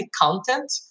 content